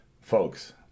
Folks